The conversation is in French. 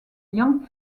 yang